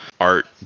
Art